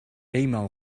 eenmaal